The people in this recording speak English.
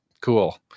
cool